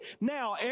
now